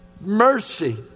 Mercy